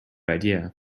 idea